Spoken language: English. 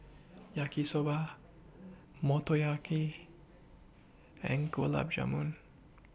Yaki Soba Motoyaki and Gulab Jamun